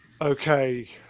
Okay